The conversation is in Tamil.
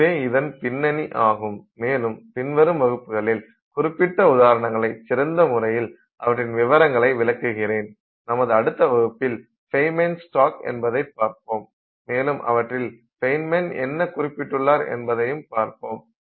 இதுவே இதன் பின்னணி ஆகும் மேலும் பின்வரும் வகுப்புகளில் குறிப்பிட்ட உதாரணங்களை சிறந்த முறையில் அவற்றின் விவரங்களை விளக்குகிறேன் நமது அடுத்த வகுப்பில் ஃபென்மன் ஸ்டாக் Feynman's Stock என்பதை பார்ப்போம் மேலும் அவற்றில் ஃபென்மன் என்ன குறிப்பிட்டுள்ளார் என்பதையும் பார்ப்போம்